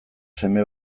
seme